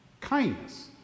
kindness